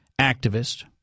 activist